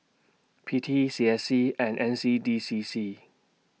P T C S C and N C D C C